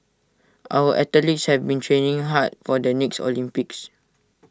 our athletes have been training hard for the next Olympics